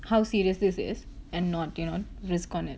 how serious this is and not you not risk on it